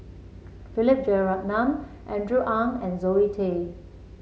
Philip Jeyaretnam Andrew Ang and Zoe Tay